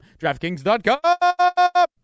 DraftKings.com